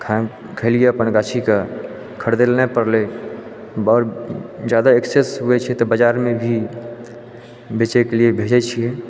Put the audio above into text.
खेलिए अपन गाछीके खरदैलए नहि पड़लै बहुत ज्यादा एक्सेस होइ छै तऽ बाजारमे भी बेचैके लिए भेजै छिए